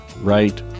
right